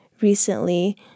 recently